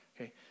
okay